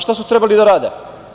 Šta su trebali da rade?